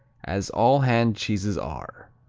as all hand cheeses are.